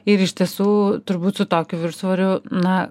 ir iš tiesų turbūt su tokiu viršsvoriu na